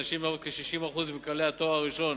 הנשים הן כ-60% ממקבלי התואר הראשון